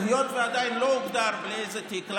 היות שעדיין לא הוגדר לך בלי איזה תיק,